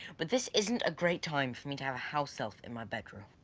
but this isn't a great time for me to have a house-elf in my bedroom.